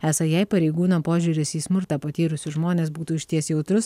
esą jei pareigūno požiūris į smurtą patyrusius žmones būtų išties jautrus